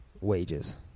wages